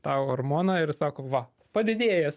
tą hormoną ir sako va padidėjęs